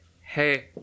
hey